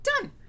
done